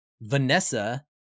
Vanessa